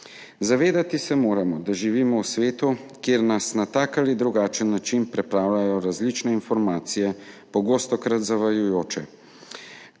Zavedati se moramo, da živimo v svetu, kjer nas na tak ali drugačen način preplavljajo različne informacije, pogostokrat zavajajoče.